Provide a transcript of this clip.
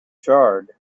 charred